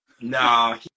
No